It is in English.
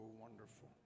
wonderful